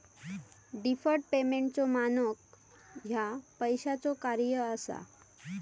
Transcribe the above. deferred पेमेंटचो मानक ह्या पैशाचो कार्य असा